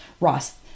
ross